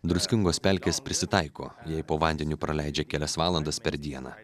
druskingos pelkės prisitaiko jei po vandeniu praleidžia kelias valandas per dieną